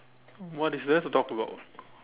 what is there to talk about